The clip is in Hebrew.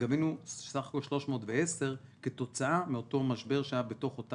וגבינו בסך הכל 310 כתוצאה מאותו משבר שהיה באותה